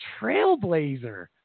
trailblazer